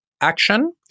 action